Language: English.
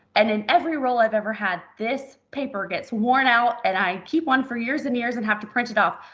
and in every role i've ever had, this paper gets worn out and i keep one for years and years and have to print it off.